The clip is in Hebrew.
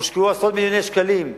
הושקעו עשרות מיליוני שקלים.